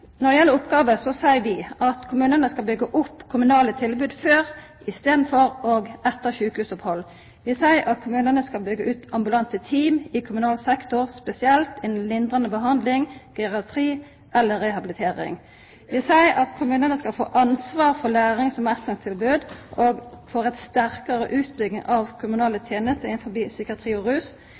Når det gjeld oppgåver, seier vi at kommunane skal byggja opp kommunale tilbod før, i staden for og etter eit sjukehusopphald. Vi seier at kommunane skal byggja ut ambulante team i kommunal sektor, spesielt innan lindrande behandling, geriatri og rehabilitering. Vi seier at kommunane skal få ansvaret for lærings- og meistringstilbod og få ei sterkare utbygging av kommunale tenester innanfor psykiatri og rus.